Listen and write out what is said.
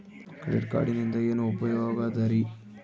Credit ಕಾರ್ಡಿನಿಂದ ಏನು ಉಪಯೋಗದರಿ?